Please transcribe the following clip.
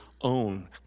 own